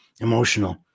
Emotional